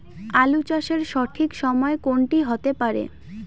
আলু চাষের সঠিক সময় কোন টি হতে পারে?